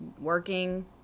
working